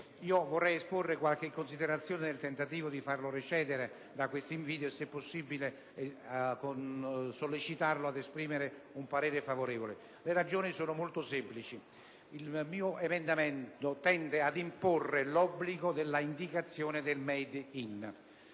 Vorrei esporre qualche considerazione nel tentativo di farlo recedere da tale invito e, se possibile, di sollecitarlo ad esprimere un parere favorevole, per ragioni molto semplici. L'emendamento da me presentato tende ad imporre l'obbligo dell'indicazione *«made in»*.